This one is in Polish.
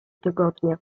tygodnie